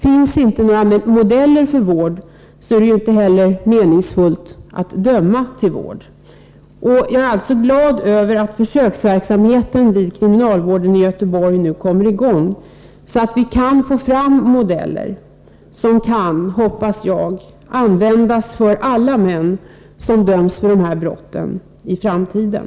Finns det inte några modeller för vård är det inte heller meningsfullt att döma till vård. Jag är således glad över att försöksverksamheten vid kriminalvården i Göteborg nu kommer i gång, så att vi kan få fram modeller som, hoppas jag, går att använda för alla män som döms för dessa brott i framtiden.